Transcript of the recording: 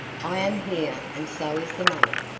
i am here and so is the money.